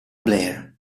blair